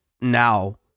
now